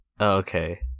Okay